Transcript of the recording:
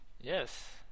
yes